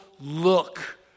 look